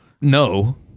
No